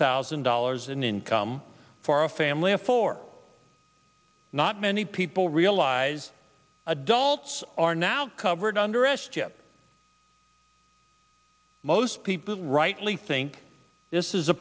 thousand dollars in income for a family of four not many people realize adults are now covered under arrest chip most people rightly think this is a